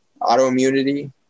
autoimmunity